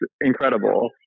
incredible